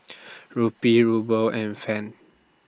Rupee Ruble and Franc